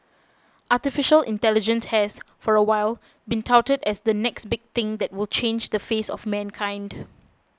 Artificial Intelligence has for a while been touted as the next big thing that will change the face of mankind